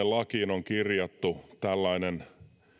lakiin on kirjattu tällainen